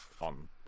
on